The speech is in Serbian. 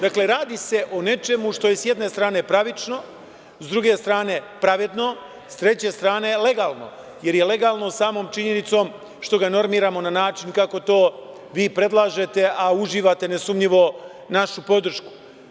Dakle, radi se o nečemu što je s jedne strane pravično, s druge strane pravedno, s treće strane legalno, jer je legalno samom činjenicom što ga normiramo na način kako to vi predlažete, a uživate nesumnjivo našu podršku.